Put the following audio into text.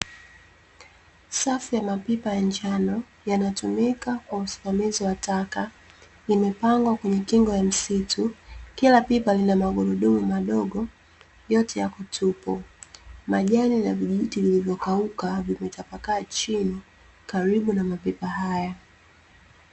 Safu ya mapipa ya njano yanatumika kwa usimamizi wa taka , yamepangwa kwenye kingo za misutu Kila pipa yanamagurudumu madogo yote yako tupu . Majani na vijiti vya kukauka vimetapakaa chini karibu na mapipa haya